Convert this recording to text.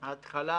ההתחלה